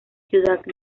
ciudad